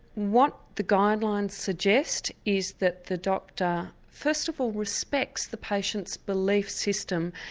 what the guidelines suggest is that the doctor first of all respects the patient's belief system,